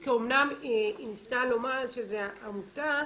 כי אמנם היא ניסתה לומר שזו עמותה,